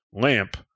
lamp